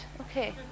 okay